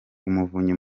umuvunyi